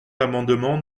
l’amendement